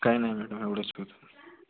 काय नाही मॅडम एवढंच